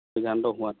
সিদ্ধান্ত হোৱা নাই